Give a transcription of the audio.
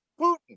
Putin